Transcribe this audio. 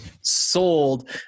sold